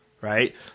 right